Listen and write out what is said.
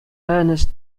ernest